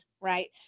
right